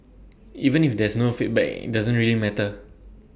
even if there's no feedback IT doesn't really matter